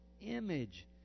image